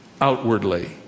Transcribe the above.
outwardly